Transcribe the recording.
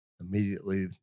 immediately